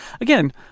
again